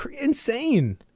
insane